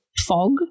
fog